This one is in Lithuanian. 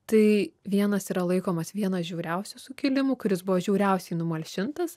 tai vienas yra laikomas vienas žiauriausių sukilimų kuris buvo žiauriausiai numalšintas